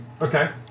okay